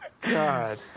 God